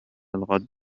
الغد